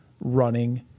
running